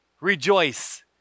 Rejoice